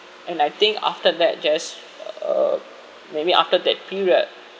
and I think after that just uh maybe after that period